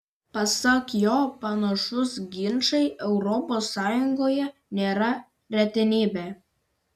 pasak jo panašūs ginčai europos sąjungoje nėra retenybė